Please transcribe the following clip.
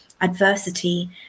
adversity